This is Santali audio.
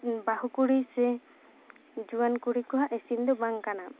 ᱵᱟᱦᱩ ᱠᱩᱲᱤ ᱥᱮ ᱡᱩᱣᱟᱹᱱ ᱠᱩᱲᱤ ᱠᱚᱣᱟᱜ ᱤᱥᱤᱱ ᱫᱚ ᱵᱟᱝ ᱠᱟᱱᱟ